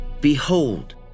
behold